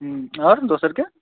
आओर दोसरके